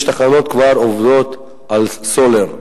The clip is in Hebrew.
יש תחנות שכבר עובדות על סולר,